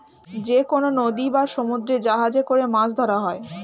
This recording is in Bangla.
যেকনো নদী বা সমুদ্রে জাহাজে করে মাছ ধরা হয়